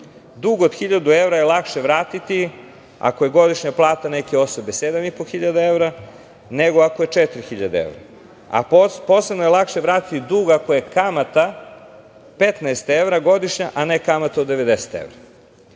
dug od 1.000 evra je lakše vratiti ako je godišnja plata neke osobe 7.500 evra nego ako je 4.000 evra, a posebno je lakše vratiti dug ako je godišnja kamata 15 evra a ne kamata od 90 evra.